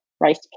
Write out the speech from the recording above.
rice